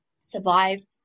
survived